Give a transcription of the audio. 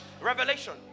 Revelation